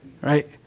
right